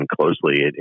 closely